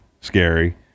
Scary